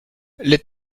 les